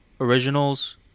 originals